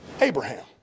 Abraham